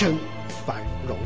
to buy the